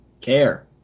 care